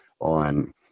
on